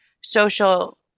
social